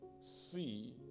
see